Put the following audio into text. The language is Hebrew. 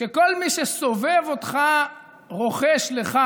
שכל מי שסובב אותך רוחש לך,